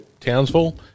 Townsville